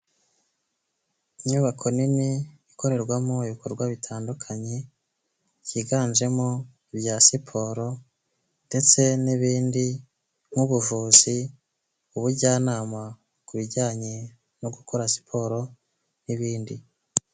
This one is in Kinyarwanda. Inyubako nini ikorerwamo ibikorwa bitandukanye byiganjemo ibya siporo ndetse n'ibindi nk'ubuvuzi, ubujyanama ku bijyanye no gukora siporo n'ibindi.